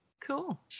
Cool